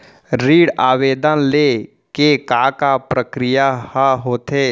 ऋण आवेदन ले के का का प्रक्रिया ह होथे?